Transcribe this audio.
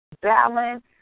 balance